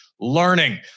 learning